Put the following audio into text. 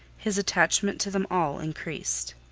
his attachment to them all increased.